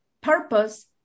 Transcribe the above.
purpose